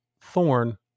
thorn